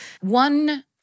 One